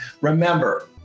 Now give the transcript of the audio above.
remember